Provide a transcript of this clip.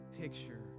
picture